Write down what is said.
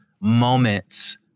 moments